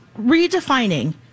redefining